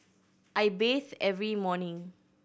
I bathe every morning